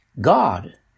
God